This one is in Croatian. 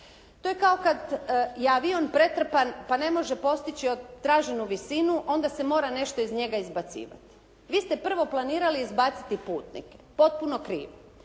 To je kao kad je avion pretrpan pa ne može postići traženu visinu, onda se mora nešto iz njega izbacivati. Vi ste prvo planirali izbaciti putnike, potpuno krivo.